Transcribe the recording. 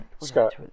Scott